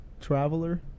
Traveler